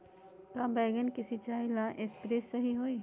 का बैगन के सिचाई ला सप्रे सही होई?